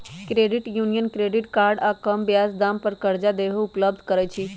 credit union credit card आऽ कम ब्याज दाम पर करजा देहो उपलब्ध करबइ छइ